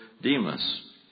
Demas